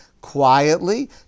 quietly